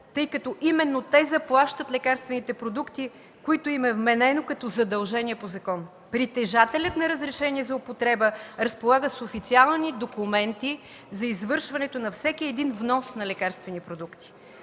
тъй като именно те заплащат лекарствените продукти, което им е вменено като задължение по закон. Притежателят на разрешението за употреба разполага с официални документи за извършването на всеки внос на лекарствени продукти.